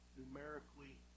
numerically